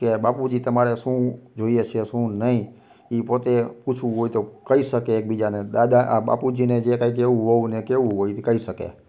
કે બાપુજી તમારે શું જોઈએ છે શું નહીં એ પોતે પૂછવું હોય તો કઈ શકે એકબીજાને દાદા આ બાપુજીને જે કંઈ કહેવું વહુને કહેવું હોય એ કહી શકે